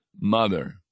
mother